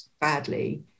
badly